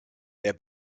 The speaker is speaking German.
der